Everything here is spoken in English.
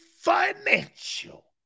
Financial